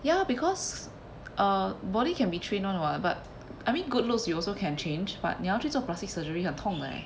ya because uh body can be trained [one] [what] but I mean good looks you also can change but 你要是做 plastic surgery 很痛的 leh